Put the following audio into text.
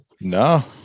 No